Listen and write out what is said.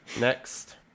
Next